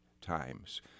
times